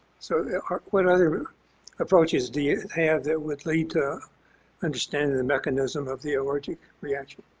so what other approaches do you have that would lead to understand the mechanism of the allergic reaction?